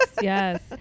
yes